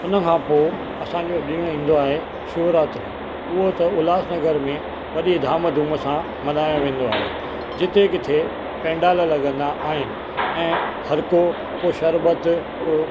उन खां पोइ असांजो ॾिणु ईंदो आहे शिवरात्री उहो त उल्हासनगर में वॾीअ धाम धूम सां मल्हायो वेंदो आहे जिते किथे पंडाल लॻंदा आहिनि ऐं हरको को शरबत को